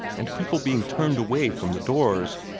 and people being turned away from the doors.